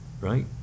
right